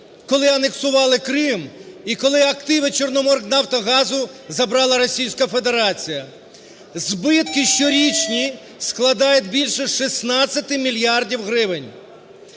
коли анексували Крим і коли активи "Чорноморнафтогазу" забрала Російська Федерація. Збитки щорічні складають більше шістнадцяти мільярдів гривень,